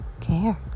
care